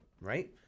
right